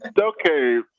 Okay